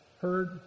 heard